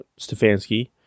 Stefanski